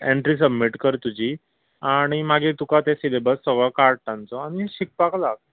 entry submit कर तुजी आनी मागीर तुका ते सिलेबस सगळो काड तांचो आनी शिकपाक लाग